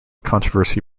controversy